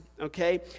okay